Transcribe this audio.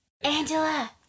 Angela